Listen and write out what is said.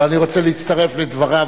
אבל אני רוצה להצטרף לדבריו,